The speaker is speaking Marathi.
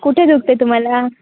कुठे दुखत आहे तुम्हाला